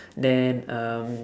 then um